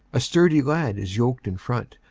a sturdy lad is yoked in front,